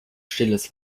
stilles